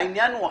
העניין הוא כזה,